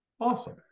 Awesome